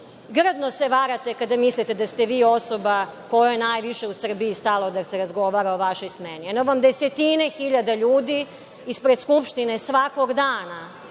grdno se varate kada mislite da ste vi osoba kojoj je najviše u Srbiji stalo da se razgovara o vašoj smeni. Eno, vam desetine hiljada ljudi ispred Skupštine svakog dana